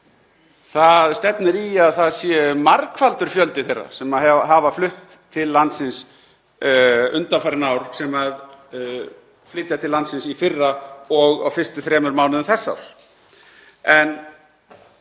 Það stefnir í að það sé margfaldur fjöldi þeirra sem hafa flutt til landsins undanfarin ár sem fluttu til landsins í fyrra og á fyrstu þremur mánuðum þessa árs.